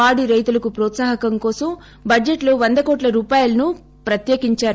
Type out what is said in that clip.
పాడి రైతులకు వ్రోత్పాహకం కోసం బడ్లెట్ లో వంద కోట్ల రూపాయలు ప్రత్యేకించారు